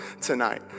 tonight